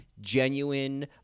genuine